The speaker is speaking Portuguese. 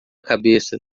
cabeça